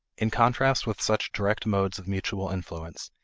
in contrast with such direct modes of mutual influence,